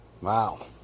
Wow